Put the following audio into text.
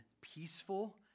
peaceful